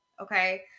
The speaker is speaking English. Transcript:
Okay